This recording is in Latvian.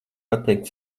pateikt